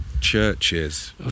Churches